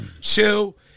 chill